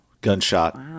gunshot